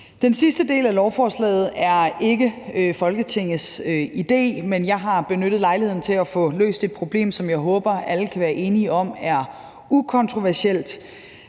Den sidste del af lovforslaget er ikke Folketingets idé, men jeg har benyttet lejligheden til at få løst et problem, hvilket jeg håber alle kan være enige om er ukontroversielt.